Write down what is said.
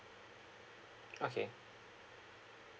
okay